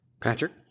Patrick